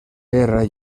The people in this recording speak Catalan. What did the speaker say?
guerra